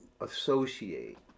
associate